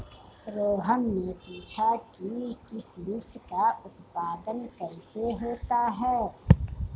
रोहन ने पूछा कि किशमिश का उत्पादन कैसे होता है?